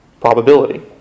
probability